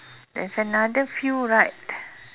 there's another few right